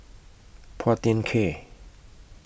Phua Thin Kiay